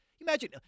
imagine